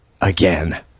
again